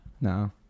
No